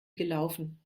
gelaufen